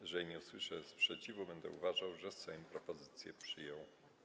Jeżeli nie usłyszę sprzeciwu, będę uważał, że Sejm propozycję przyjął.